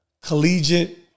collegiate